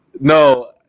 No